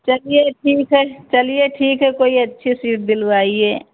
चलिए ठीक है चलिए ठीक है कोई अच्छी सीट दिलवाइए